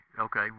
okay